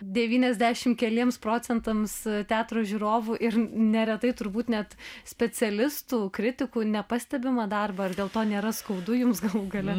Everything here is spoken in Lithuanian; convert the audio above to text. devyniasdešimt keliems procentams teatro žiūrovų ir neretai turbūt net specialistų kritikų nepastebimą darbą ar dėl to nėra skaudu jums galų gale